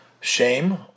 shame